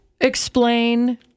explain